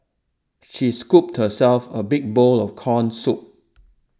she scooped herself a big bowl of Corn Soup